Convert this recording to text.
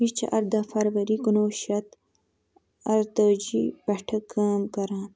یہِ چھِ ارداہ فروری کُنوُہ شیٚتھ اَرتٲجی پیٚٹھٕ کٲم کران